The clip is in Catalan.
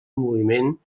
moviment